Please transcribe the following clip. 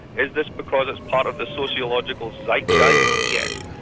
is this because it's part of the sociological zeitgeist? yes.